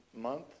Month